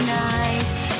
nice